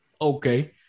Okay